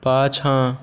पाछाँ